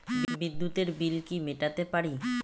বিদ্যুতের বিল কি মেটাতে পারি?